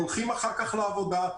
הולכים אחר כך לעבודה,